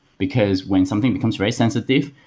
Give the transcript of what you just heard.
because when something becomes very sensitive,